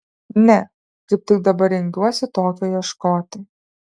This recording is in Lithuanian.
ne kaip tik dabar rengiuosi tokio ieškoti